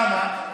למה?